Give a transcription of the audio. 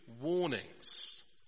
warnings